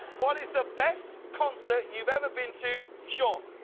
what is the best concert you've ever been to? sean?